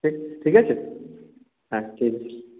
ঠিক ঠিক আছে হ্যাঁ ঠিক আছে